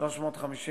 האישור לתוספת,